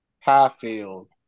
Highfield